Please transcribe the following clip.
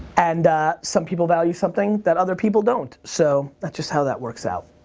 and some people value something that other people don't. so, that's just how that works out.